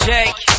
Jake